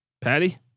Patty